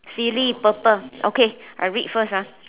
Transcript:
silly purple okay I read first ah